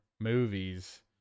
movies